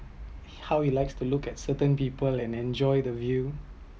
how’s he likes to look at certain people and enjoy the view